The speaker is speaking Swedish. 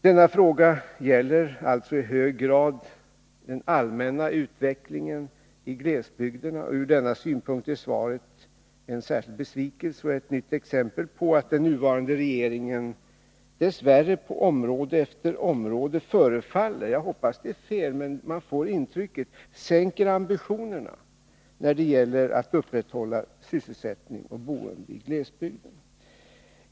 Denna fråga gäller alltså i hög grad den allmänna utvecklingen i glesbygderna. Ur denna synpunkt är svaret en särskild besvikelse. Det är också ett nytt exempel på att den nuvarande regeringen på område efter område dess värre sänker ambitionerna — jag hoppas det är fel, men man får det intrycket — när det gäller att upprätthålla sysselsättning och boende i glesbygden.